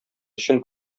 өчен